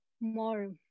More